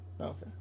Okay